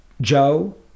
Joe